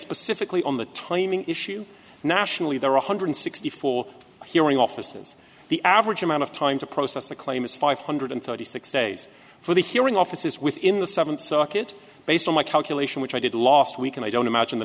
specifically on the timing issue nationally there are one hundred sixty four hearing offices the average amount of time to process a claim is five hundred thirty six days for the hearing officers within the seventh circuit based on my calculation which i did last week and i don't imagine the